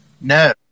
No